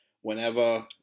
whenever